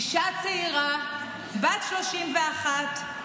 אישה צעירה בת 31,